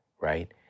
right